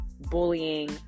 bullying